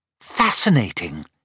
Fascinating